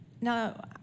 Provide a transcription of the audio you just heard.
Now